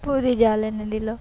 বৌদি জাল এনে দিল